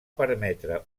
permetre